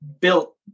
built